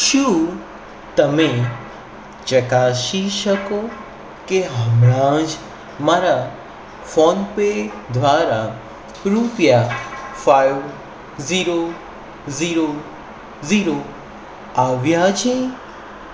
શું તમે ચકાસી શકો કે હમણાં જ મારા ફોન પે દ્વારા રૂપિયા ફાઇવ ઝીરો ઝીરો ઝીરો આવ્યા છે